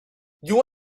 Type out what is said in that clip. you